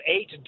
eight